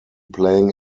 playing